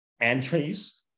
entries